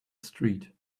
street